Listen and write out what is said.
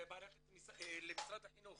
למשרד החינוך